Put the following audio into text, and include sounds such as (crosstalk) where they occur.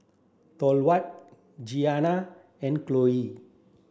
Thorwald Giana and (unintelligible)